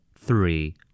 Three